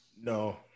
No